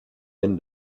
end